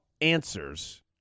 answers